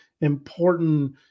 important